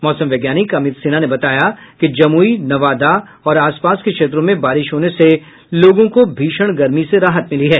मौसम वैज्ञानिक अमित सिन्हा ने बताया कि जमुई नवादा और आसपास के क्षेत्रों में बारिश होने से लोगों को भीषण गर्मी से राहत मिली है